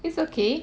it's okay